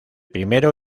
primero